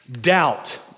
doubt